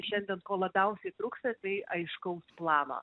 šiandien ko labiausiai trūksta tai aiškaus plano